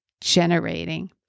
generating